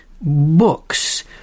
books